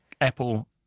Apple